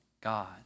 God